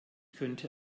könnte